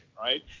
right